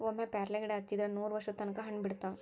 ಒಮ್ಮೆ ಪ್ಯಾರ್ಲಗಿಡಾ ಹಚ್ಚಿದ್ರ ನೂರವರ್ಷದ ತನಕಾ ಹಣ್ಣ ಬಿಡತಾವ